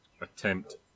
attempt